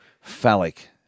phallic